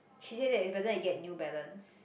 he said that it's better to get New Balance